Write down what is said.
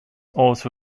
also